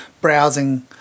browsing